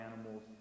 animals